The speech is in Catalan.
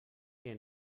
que